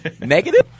Negative